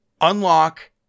unlock